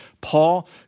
Paul